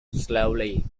slowly